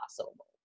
possible